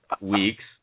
Weeks